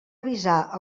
avisar